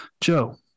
Joe